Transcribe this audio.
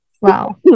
wow